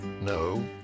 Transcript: No